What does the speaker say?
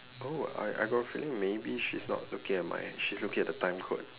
oh I I got a feeling maybe she's not looking at my she's looking at the time code